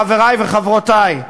חברי וחברותי,